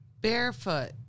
Barefoot